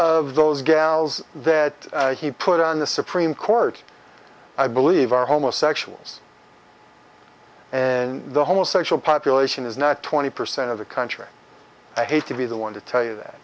of those gals that he put on the supreme court i believe are homosexuals and the homosexual population is not twenty percent of the country i hate to be the one to tell you that